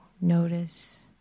notice